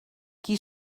qui